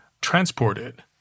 transported